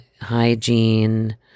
hygiene